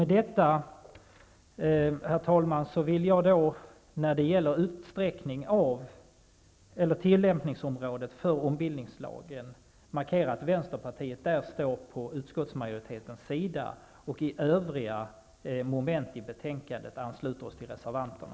Med detta, herr talman, vill jag markera att Vänsterpartiet står på utskottsmajoritetens sida när det gäller tillämpningsområdet för ombildningslagen och att vi i övriga moment i betänkandet ansluter oss till reservanterna.